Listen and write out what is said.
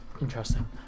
Interesting